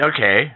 Okay